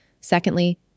Secondly